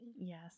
Yes